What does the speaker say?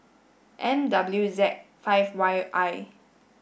M W Z five Y I